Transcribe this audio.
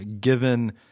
Given